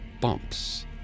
bumps